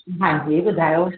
हां जी ॿुधायो